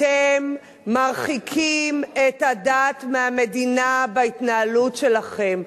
אתם מרחיקים את הדת מהמדינה בהתנהלות שלכם.